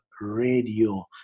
Radio